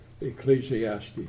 Ecclesiastes